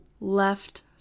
left